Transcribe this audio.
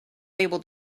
able